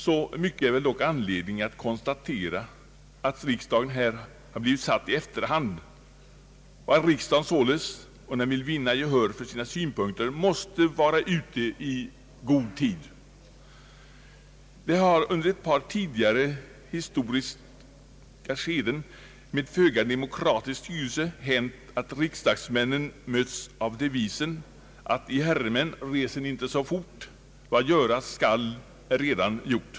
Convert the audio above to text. Så mycket finns det dock anledning att konstatera, att riksdagen här blivit satt i efterhand och att den således för framtiden om den vill vinna gehör för sina synpunkter måste vara ute i god tid. Under ett tidigare historiskt skede med föga demokratisk styrelse har det hänt att riksdagsmännen mötts av devisen »Vad göras skall är redan gjort, I herredagsmän resen icke så fort».